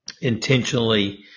intentionally